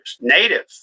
native